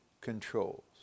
controls